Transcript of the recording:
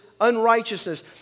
unrighteousness